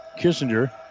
Kissinger